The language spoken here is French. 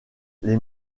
les